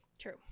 true